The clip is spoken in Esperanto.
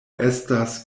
estas